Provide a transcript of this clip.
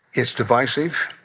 it's divisive.